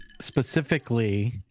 specifically